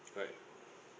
alright